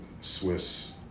Swiss